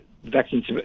Vaccines